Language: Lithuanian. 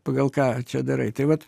pagal ką čia darai tai vat